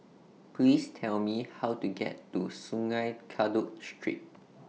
Please Tell Me How to get to Sungei Kadut Street